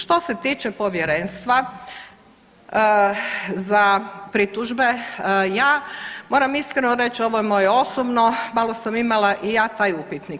Što se tiče povjerenstva za pritužbe, ja moram iskreno reć ovo je moje osobno, malo sam imala i ja taj upitnik.